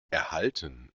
erhalten